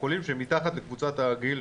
הקשים לפי חודשים.